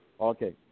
Okay